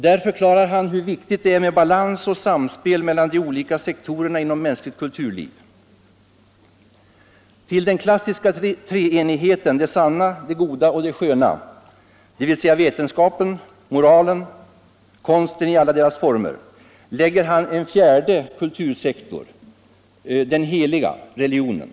Han förklarar där hur viktigt det är med balans och samspel mellan de olika sektorerna inom mänskligt kulturliv. Till den klassiska treenigheten, det sanna, det — Nr 48 goda och det sköna — dvs. vetenskapen, moralen och konsten i alla deras Torsdagen den former — lägger han en fjärde kultursektor: det heliga, religionen.